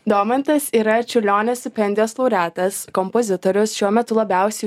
domantas yra čiurlionio stipendijos laureatas kompozitorius šiuo metu labiausiai